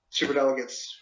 Superdelegates